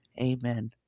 Amen